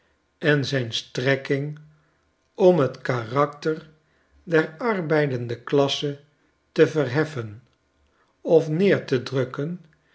en zijn strekking om t karakter der arbeidende klassen te verheffen of neer te drukken